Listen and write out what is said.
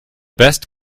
best